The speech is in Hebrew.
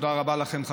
תודה רבה לכם,